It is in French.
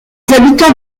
habitants